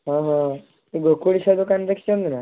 ହଁ ହଁ ଗୋକୂଳି ସାହୁ ଦୋକାନ ଦେଖିଛନ୍ତି ନା